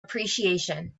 appreciation